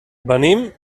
venim